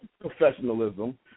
professionalism